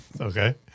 Okay